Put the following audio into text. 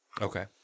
Okay